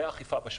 לאכיפה בשווקים.